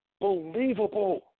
believable